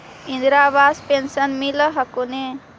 इन्द्रा आवास पेन्शन मिल हको ने?